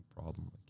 problem